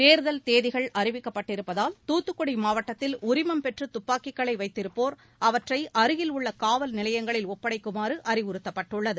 தேர்தல் தேதிகள் அறிவிக்கப்பட்டிருப்பதால் தூத்துக்குடி மாவட்டத்தில் உரிமம் பெற்று தப்பாக்கிகளை வைத்திருப்போர் அவற்றை அருகிலுள்ள காவல் நிலையங்களில் ஒப்படைக்குமாறு அறிவுறுத்தப்பட்டுள்ளது